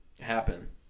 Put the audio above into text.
happen